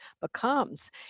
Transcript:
becomes